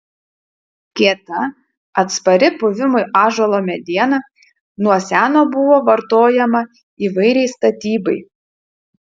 kieta atspari puvimui ąžuolo mediena nuo seno buvo vartojama įvairiai statybai